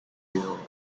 whale